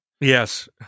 Yes